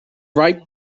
ripe